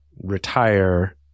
retire